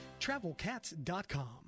TravelCats.com